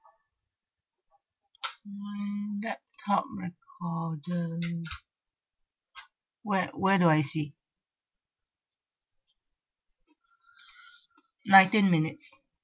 mm at top recorder where where do I see nineteen minutes